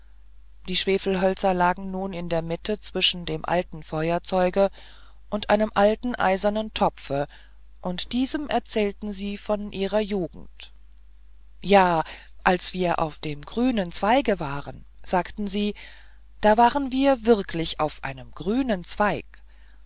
die schwefelhölzer lagen nun in der mitte zwischen einem alten feuerzeuge und einem alten eisernen topfe und diesem erzählten sie von ihrer jugend ja als wir auf dem grünen zweige waren sagten sie da waren wir wirklich auf einem grünen zweig